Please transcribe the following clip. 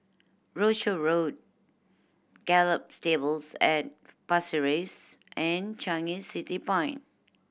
Rochor Road Gallop Stables at Pasir Ris and Changi City Point